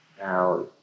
Now